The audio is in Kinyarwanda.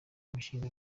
imishinga